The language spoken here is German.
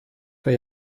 vor